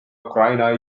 ukraina